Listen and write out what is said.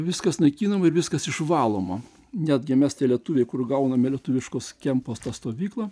viskas naikinama ir viskas išvaloma netgi mes tie lietuviai kur gauname lietuviškos kempuos tą stovyklą